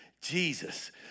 Jesus